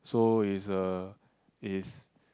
so is a is